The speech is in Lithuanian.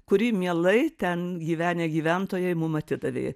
kurį mielai ten gyvenę gyventojai mum atidavė